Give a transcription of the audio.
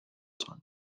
time